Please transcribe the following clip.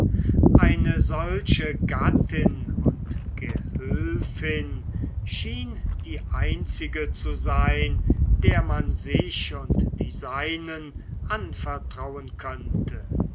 eine solche gattin und gehülfin schien die einzige zu sein der man sich und die seinen anvertrauen könnte